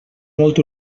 molt